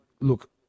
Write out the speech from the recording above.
look